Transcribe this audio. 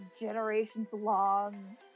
generations-long